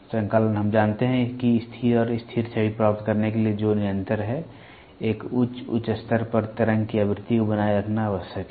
संकालन हम जानते हैं कि स्थिर और स्थिर छवि प्राप्त करने के लिए जो निरंतर है एक उच्च उच्च स्तर पर तरंग की आवृत्ति को बनाए रखना आवश्यक है